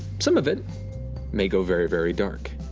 some of it may go very very dark,